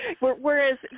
Whereas